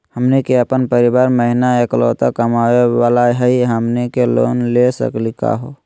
हमनी के अपन परीवार महिना एकलौता कमावे वाला हई, हमनी के लोन ले सकली का हो?